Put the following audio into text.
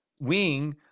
wing